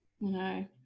No